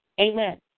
Amen